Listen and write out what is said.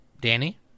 Danny